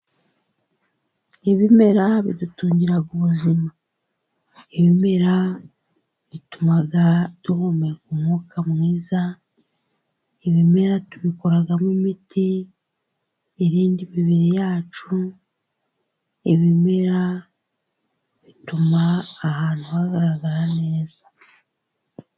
Ibimera bidutungira ubuzima, ibimera bituma duhumeka umwuka mwiza, ibimera tubikoramo imiti irinda imibiri yacu, ibimera bituma ahantu hagaragarara neza.